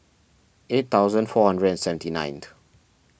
eight thousand four hundred and seventy ninth